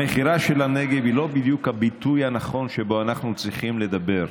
המכירה של הנגב היא לא בדיוק הביטוי הנכון שבו אנחנו צריכים לדבר,